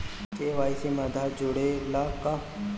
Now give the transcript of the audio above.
KYC में आधार जुड़े ला का?